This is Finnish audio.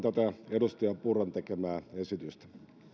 edustaja purran tekemää esitystä